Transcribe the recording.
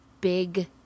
big